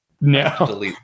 No